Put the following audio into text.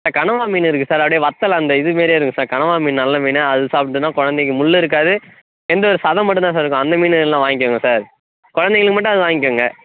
sir கனவா மீன் இருக்குது சார் அப்டி வத்தல் அந்த இது மாரியே இருக்கும் சார் கனவா மீன் நல்ல மீன் அது சாப்டோன்னா குழந்தைக்கி முள்ளு இருக்காது எந்த ஒரு சதை மட்டும் தான் சார் இருக்கும் அந்த மீன் எல்லாம் வாய்ங்கோங்க சார் குழந்தைங்களுக்கு மட்டும் அது வாய்ங்கோங்க